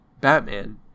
Batman